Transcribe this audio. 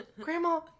Grandma